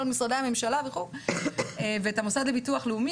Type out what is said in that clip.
כל משרדי הממשלה ואת המוסד לביטוח לאומי,